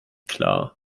klar